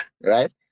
right